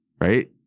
right